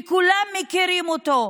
וכולם מכירים אותו,